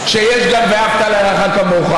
אף פעם היום.